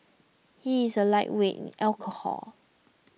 he is a lightweight in alcohol